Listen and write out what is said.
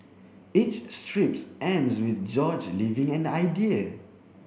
each strips ends with George leaving an idea